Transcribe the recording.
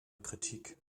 kritik